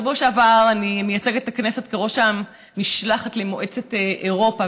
אני מייצגת את הכנסת כראש המשלחת למועצת אירופה,